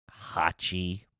Hachi